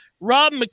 Rob